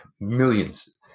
millions